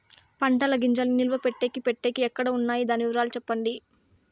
పంటల గింజల్ని నిలువ పెట్టేకి పెట్టేకి ఎక్కడ వున్నాయి? దాని వివరాలు సెప్పండి?